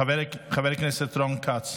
חבר הכנסת רון כץ,